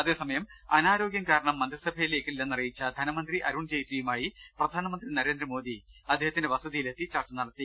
അതേസമയം അനാരോഗ്യം കാരണം മന്ത്രിസഭയിലേക്കില്ലെന്ന് അറിയിച്ചു ധനമന്ത്രി അരുൺ ജെയ്റ്റ്ലിയുമായി പ്രധാനമന്ത്രി നരേ ന്ദ്രമോദി അദ്ദേഹത്തിന്റെ വസതിയിലെത്തി ചർച്ച നടത്തി